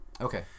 Okay